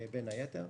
בין היתר.